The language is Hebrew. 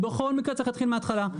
בכל מקרה צריך להתחיל מההתחלה.